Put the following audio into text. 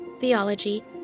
theology